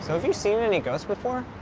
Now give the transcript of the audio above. so, have you seen any ghosts before?